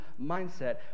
mindset